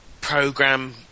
program